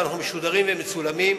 ואנחנו משודרים ומצולמים.